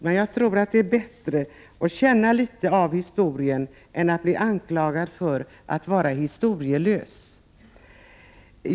Men jag tror att det är bättre att känna litet av historien än att blianklagad för att vara historielös.